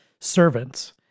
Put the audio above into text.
servants